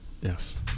Yes